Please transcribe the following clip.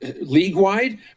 league-wide